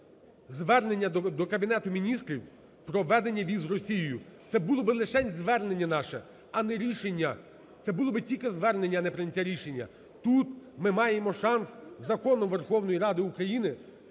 звернення до Кабінету Міністрів про введення віз з Росією. Це було би лишень звернення наше, а не рішення, це було би тільки звернення, а не прийняття рішення. Тут ми маємо шанс Законом Верховної Ради України